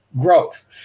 growth